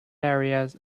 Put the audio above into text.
areas